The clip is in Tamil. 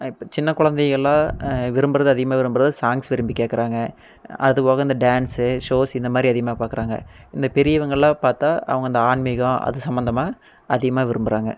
இப்போ சின்ன குழந்தைகள்லாம் விரும்புவது அதிகமாக விரும்புவது சாங்ஸ் விரும்பி கேட்கறாங்க அதுப்போக இந்த டான்ஸு ஷோஸ் இந்தமாதிரி அதிகமாக பார்க்குறாங்க இந்த பெரியவங்கள்லாம் பார்த்தா அவங்க இந்த ஆன்மீகம் அது சம்மந்தமாக அதிகமாக விரும்புகிறாங்க